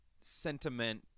sentiment